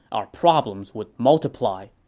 our problems would multiply.